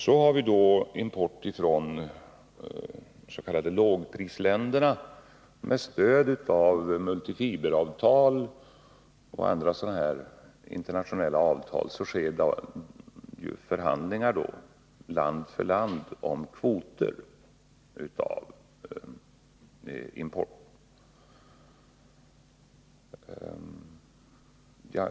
Så har vi då import från s.k. lågprisländer. Med stöd av multifiberavtal och andra internationella avtal sker ju förhandlingar land för land om kvoter av import.